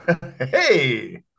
Hey